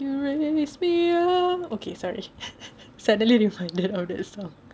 you raise me up okay sorry suddenly reminded of that song